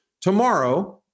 tomorrow